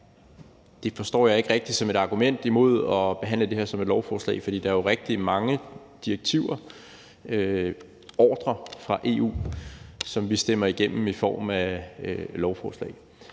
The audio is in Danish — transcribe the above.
det forstår jeg ikke rigtigt som et argument imod at behandle det her som et lovforslag, for der er jo rigtig mange direktiver, ordrer fra EU, som vi stemmer igennem i form af lovforslag.